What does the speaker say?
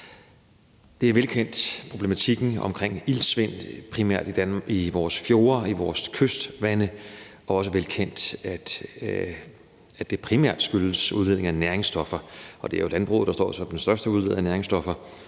Det er velkendt med problematikken omkring iltsvind primært i vores fjorde og i vores kystvande og også velkendt, at det primært skyldes udledningen af næringsstoffer – og det er jo landbruget, der står for den største udledning af næringsstoffer.